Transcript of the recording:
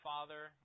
Father